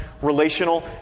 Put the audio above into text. relational